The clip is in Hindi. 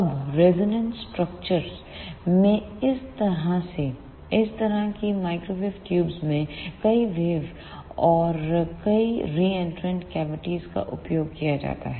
अब रेजोनेंट स्ट्रक्चर में इस तरह की माइक्रोवेव ट्यूब्स में कई वेव और कई रीएंन्ट्रेंट कैविटीज़ का उपयोग किया जाता है